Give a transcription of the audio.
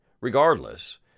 regardless